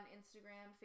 Instagram